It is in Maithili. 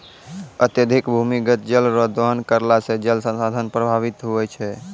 अत्यधिक भूमिगत जल रो दोहन करला से जल संसाधन प्रभावित होय छै